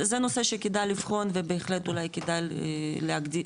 זה נושא שכדאי לבחון ובהחלט אולי כדאי להגדיל.